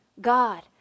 God